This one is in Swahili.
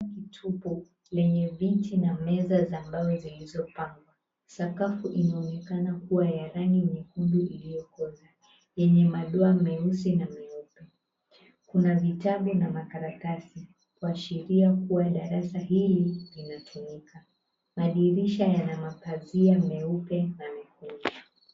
Lenye viti na meza za mbao zilizopangwa. Sakafu inaonekana ya rangi nyekundu iliyokozwa, yenye madoa meusi na meupe. Kuna vitabu na makaratasi kuashiria kuwa darasa hili linatumika. Madirisha yana mapazia meupe na mekundu.